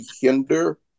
hinder